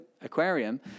aquarium